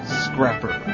scrapper